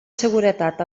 seguretat